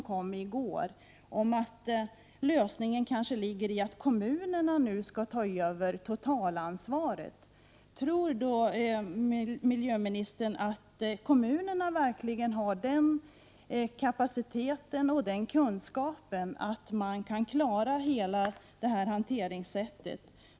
Enligt departementspromemorian är lösningen kanske att kommunerna får totalansvaret i detta sammanhang. Men har kommunerna verkligen kapacitet och kunskaper för att klara hela hanteringen?